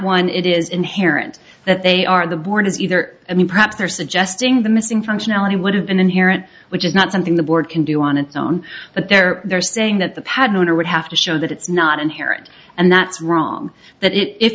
one it is inherent that they are the born is either i mean perhaps they're suggesting the missing functionality would have been inherent which is not something the board can do on its own but there they're saying that the pad owner would have to show that it's not inherent and that's wrong that if